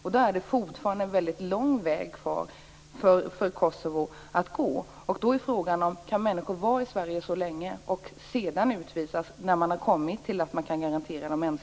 Då är det fortfarande en lång väg att gå för Kosovo, och frågan är: Kan människor vara i Sverige så länge och sedan utvisas, när de mänskliga rättigheterna kan garanteras?